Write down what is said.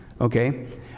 Okay